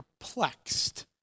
perplexed